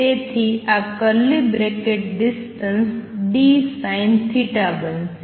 તેથી આ curly bracket distance dSinθ બનશે